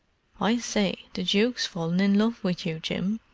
i say, the duke's fallen in love with you, jim.